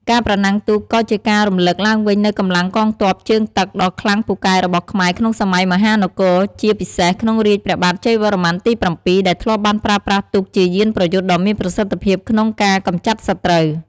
ការប្រណាំងទូកក៏ជាការរំលឹកឡើងវិញនូវកម្លាំងកងទ័ពជើងទឹកដ៏ខ្លាំងពូកែរបស់ខ្មែរក្នុងសម័យមហានគរជាពិសេសក្នុងរាជ្យព្រះបាទជ័យវរ្ម័នទី៧ដែលធ្លាប់បានប្រើប្រាស់ទូកជាយានប្រយុទ្ធដ៏មានប្រសិទ្ធភាពក្នុងការកម្ចាត់សត្រូវ។